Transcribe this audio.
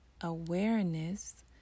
awareness